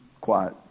Quiet